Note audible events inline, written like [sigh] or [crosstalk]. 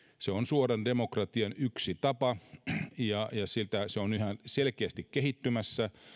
se on suoran demokratian yksi tapa [unintelligible] [unintelligible] ja se on yhä selkeästi kehittymässä [unintelligible]